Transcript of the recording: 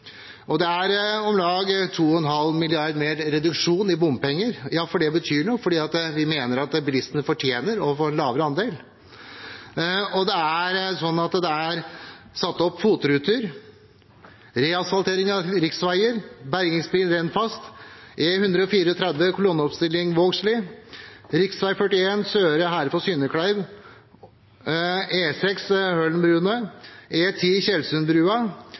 og det er om lag 2,5 mrd. kr mer reduksjon i bompenger. Det betyr noe, for vi mener at bilistene fortjener å få en lavere andel. Det er satt opp FOT-ruter, det er reasfaltering av riksveier, bergingsbil